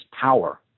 power